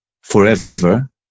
forever